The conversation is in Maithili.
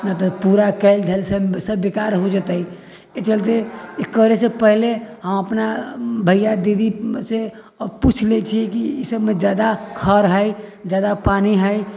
नहि तऽ पूरा कयल धयल सभ बेकार हो जेतै एहि चलते करै से पहिले अहाँ अपना भैया दीदी से पुछि लै छियै कि ई सभमे जादा खर हइ जादा पानि हइ